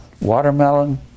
watermelon